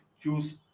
choose